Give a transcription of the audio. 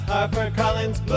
HarperCollins